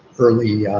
early,